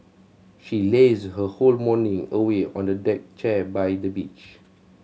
she lazed her whole morning away on a deck chair by the beach